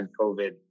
COVID